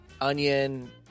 onion